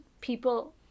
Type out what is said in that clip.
people